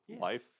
life